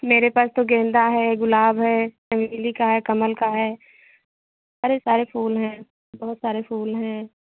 मेरे पास तो गेंदा है गुलाब है चमेली का है कमल का है अरे सारे फूल हैं बहुत सारे फूल हैं